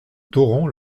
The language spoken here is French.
torrent